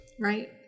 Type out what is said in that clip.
Right